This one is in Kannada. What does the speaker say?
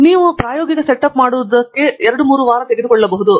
ಹಾಗಾಗಿ ಸಣ್ಣ ಪ್ರಾಯೋಗಿಕ ಸೆಟಪ್ ಮಾಡುವುದನ್ನು ನೀವು 2 3 ವಾರಗಳವರೆಗೆ ತೆಗೆದುಕೊಳ್ಳಬಹುದು